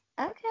Okay